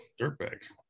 Dirtbags